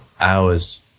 hours